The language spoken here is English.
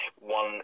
one